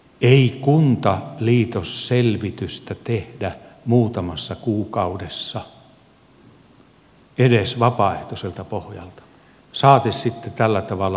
ei kuntaliitosselvitystä tehdä muutamassa kuukaudessa edes vapaaehtoiselta pohjalta saati sitten tällä tavalla velvoitteena